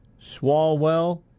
Swalwell